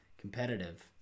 Competitive